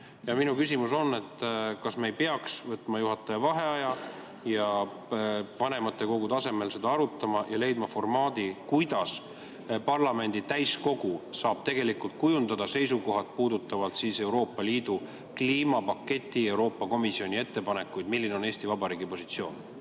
Minu küsimus on, kas me ei peaks võtma juhataja vaheaega, vanematekogu tasemel seda arutama ja leidma formaadi, kuidas parlamendi täiskogu saab kujundada seisukohad, mis puudutavad Euroopa Liidu kliimapaketti ja Euroopa Komisjoni ettepanekuid ning seda, milline on Eesti Vabariigi positsioon.